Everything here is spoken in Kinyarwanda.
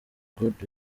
good